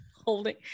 Holding